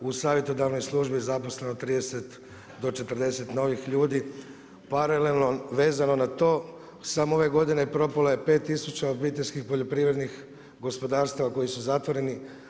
U savjetodavnoj službi zaposleno je 30 do 40 novih ljudi, paralelno vezano na to, samo ove godine propalo je 5000 obiteljskih poljoprivrednih gospodarstava koji su zatvoreni.